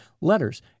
letters